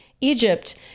Egypt